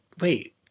wait